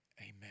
Amen